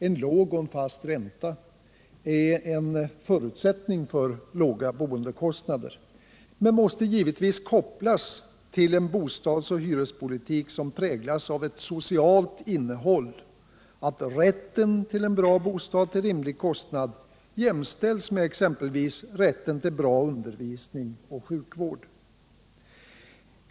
En låg och fast ränta är en förutsättning för låga boendekostnader men måste givetvis kopplas till en bostads och hyrespolitik som präglas av ett socialt innehåll, där rätten till en bra bostad till rimlig kostnad jämställs med exempelvis rätten till bra undervisning och sjukvård.